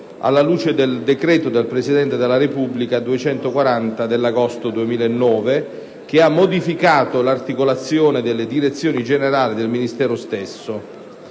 alla luce del decreto del Presidente della Repubblica 3 agosto 2009, n. 240, che ha modificato l'articolazione delle direzioni generali del Ministero stesso.